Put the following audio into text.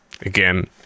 again